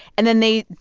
and then they,